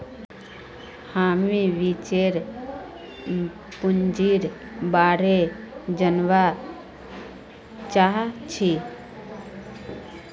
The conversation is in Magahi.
हामीं वेंचर पूंजीर बारे जनवा चाहछी